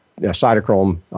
cytochrome